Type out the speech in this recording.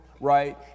right